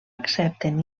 accepten